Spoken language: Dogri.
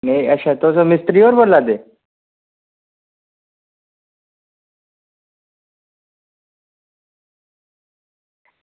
अच्छा तुस मिस्तरी होर बोला दे